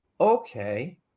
Okay